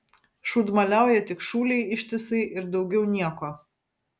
šūdmaliauja tik šūlėj ištisai ir daugiau nieko